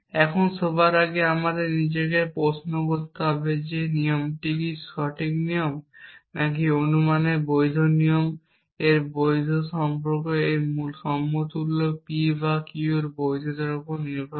এখন সবার আগে আমাদের নিজেদেরকে প্রশ্ন করতে হবে যে এই নিয়মটি কি সঠিক নিয়ম নাকি অনুমানের বৈধ নিয়ম এবং এর বৈধতা এই সমতুল্য P বা Q এর বৈধতার উপর ভিত্তি করে